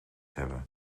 hebben